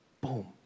boom